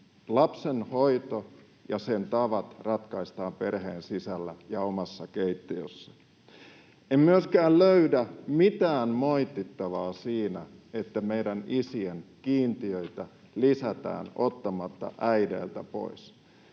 lapsenhoito ja sen tavat ratkaistaan perheen sisällä ja omassa keittiössä. En myöskään löydä mitään moitittavaa siitä, että meidän isien kiintiöitä lisätään ottamatta äideiltä pois.